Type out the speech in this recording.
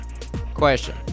question